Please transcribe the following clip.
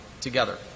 together